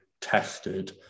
tested